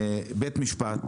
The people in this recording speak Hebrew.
בית המשפט,